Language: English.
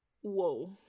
Whoa